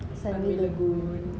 sunway lagoon